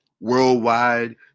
worldwide